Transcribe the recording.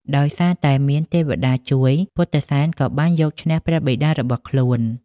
ដោយសារតែមានទេវតាជួយ ពុទ្ធិសែនក៏បានយកឈ្នះព្រះបិតារបស់ខ្លួន។